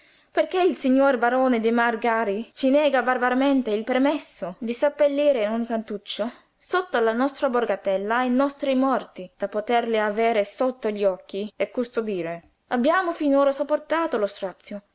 perché il signor barone di màrgari ci nega barbaramente il permesso di seppellire in un cantuccio sotto la nostra borgatella i nostri morti da poterli avere sotto gli occhi e custodire abbiamo finora sopportato lo strazio